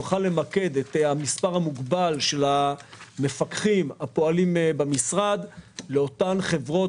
נוכל למקד את המספר המוגבל של המפקחים הפועלים במשרד לאותן חברות,